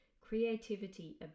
creativity